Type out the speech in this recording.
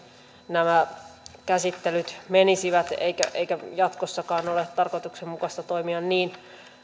nämä käsittelyt menisivät eikä jatkossakaan ole tarkoituksenmukaista toimia niin